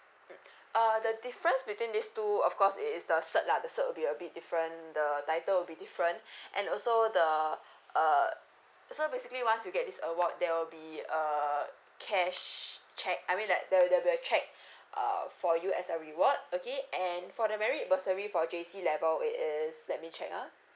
mm uh the difference between these two of course it is the cert lah the cert will be a bit different the title will be different and also the uh so basically once you get this award there will be uh cash cheque I mean like the the the cheque err for you as a reward okay and for the merit bursary for J_C level it is let me check ah